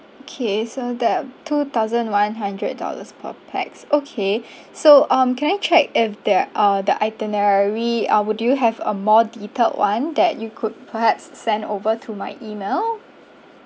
okay so that two thousand one hundred dollars per pax okay so um can I check if their uh the itinerary uh would you have a more detailed one that you could perhaps send over to my email